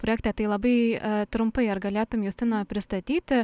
projektą tai labai trumpai ar galėtum justina pristatyti